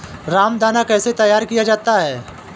रामदाना कैसे तैयार किया जाता है?